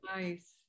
Nice